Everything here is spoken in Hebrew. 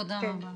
שם מלא.